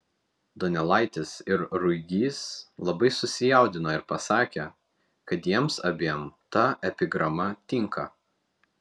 donelaitis ir ruigys labai susijaudino ir pasakė kad jiems abiem ta epigrama tinka